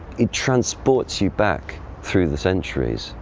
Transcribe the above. it transports you back through the centuries.